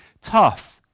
tough